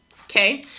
Okay